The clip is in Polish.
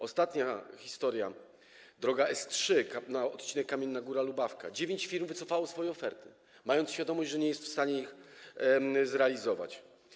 Ostatnia historia, droga S3, odcinek Kamienna Góra - Lubawka - dziewięć firm wycofało swoje oferty, mając świadomość, że nie jest w stanie ich zrealizować.